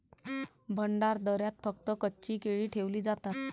भंडारदऱ्यात फक्त कच्ची केळी ठेवली जातात